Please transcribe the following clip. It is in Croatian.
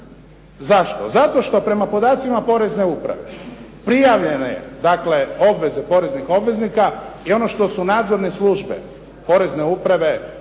Zašto? Zato što prema podacima porezne uprave prijavljene dakle obveze poreznih obveznika i ono što su nadzorne službe porezne uprave